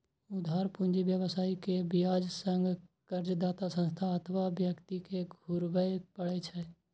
उधार पूंजी व्यवसायी कें ब्याज संग कर्जदाता संस्था अथवा व्यक्ति कें घुरबय पड़ै छै